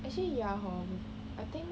actually ya hor I think